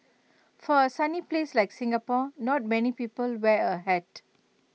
for A sunny place like Singapore not many people wear A hat